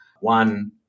one